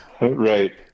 Right